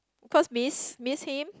cause miss miss him